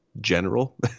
general